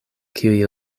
kiuj